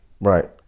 right